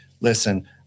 listen